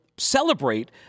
celebrate